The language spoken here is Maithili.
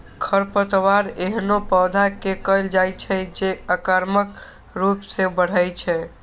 खरपतवार एहनो पौधा कें कहल जाइ छै, जे आक्रामक रूप सं बढ़ै छै